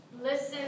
listen